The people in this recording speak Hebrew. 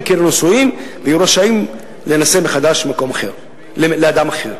כלא-נשואים ויהיו רשאים להינשא מחדש לאדם אחר.